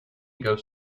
goes